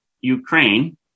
Ukraine